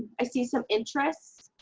i see some interests.